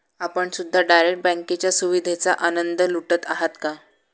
आपण सुद्धा डायरेक्ट बँकेच्या सुविधेचा आनंद लुटत आहात का?